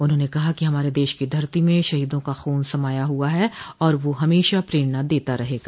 उन्होंने कहा कि हमारे देश की धरती में शहीदों का खून समाया हुआ है और वह हमें हमेशा प्रेरणा देता रहेगा